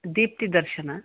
Deepti Darshan